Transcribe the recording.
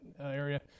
area